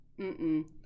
Mm-mm